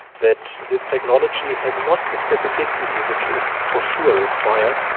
that this technology has not the specificity which is for sure required,